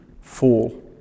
fall